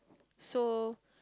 so